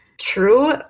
true